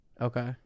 Okay